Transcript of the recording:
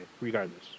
regardless